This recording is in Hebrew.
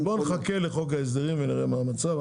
אז בוא נחכה לחוק ההסדרים ונראה מה המצב.